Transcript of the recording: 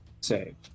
Save